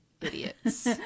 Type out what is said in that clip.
idiots